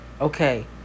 okay